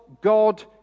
God